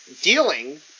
dealing